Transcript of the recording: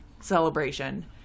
celebration